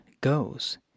goes